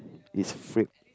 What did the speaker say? this frappe